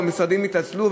או משרדים התעצלו?